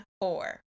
four